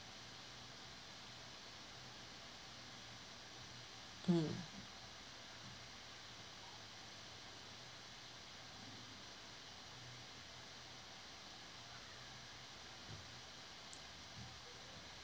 mm